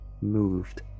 moved